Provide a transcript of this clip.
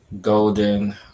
golden